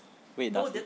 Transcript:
wait does it